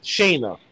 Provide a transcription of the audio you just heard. Shayna